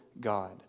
God